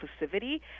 inclusivity